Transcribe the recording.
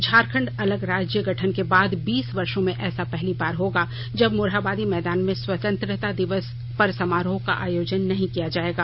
झारखंड अलग राज्य गठन के बाद बीस वर्शों में ऐसा पहली बार होगा जब मोरहाबादी मैदान में स्वतंत्रता दिवस पर समारोह का आयोजन नहीं किया जायेगा